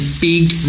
big